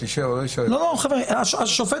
כשהם ענו האם יש כזה דבר ששופט אישר או לא אישר --- שופט